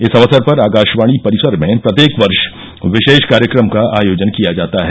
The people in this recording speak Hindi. इस अवसर पर आकाशवाणी परिसर में प्रत्येक वर्ष विशेष कार्यक्रम का आयोजन किया जाता है